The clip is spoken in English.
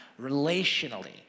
relationally